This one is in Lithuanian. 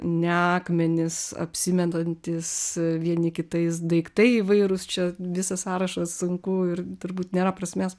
ne akmenys apsimetantys vieni kitais daiktai įvairūs čia visą sąrašą sunku ir turbūt nėra prasmės